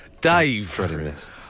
Dave